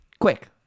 Quick